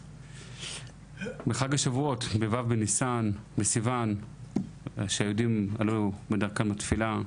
בחג השבועות בו' בסיון שהיהודים היו בדרכם לתפילה,